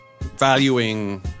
valuing